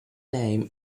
name